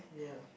yeah